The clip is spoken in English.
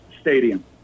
Stadium